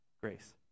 Grace